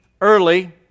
early